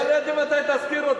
אני התפלאתי מתי תזכיר אותי.